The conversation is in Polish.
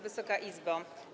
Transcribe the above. Wysoka Izbo!